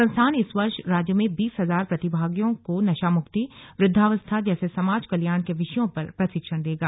संस्थान इस वर्ष राज्य में बीस हजार प्रतिभागियों को नशामुक्ति वृद्धा अवस्था जैसे समाज कल्याण के विषयों पर प्रशिक्षण देगा